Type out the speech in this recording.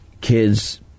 kids